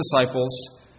disciples